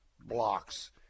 blocks